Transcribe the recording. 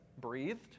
breathed